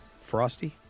frosty